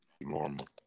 normal